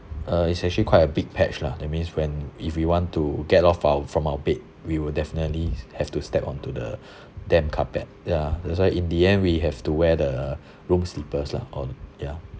uh it's actually quite a big patch lah that means when if you want to get off our from our bed we will definitely have to step onto the damp carpet ya that's why in the end we have to wear the room slippers lah on ya